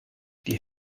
die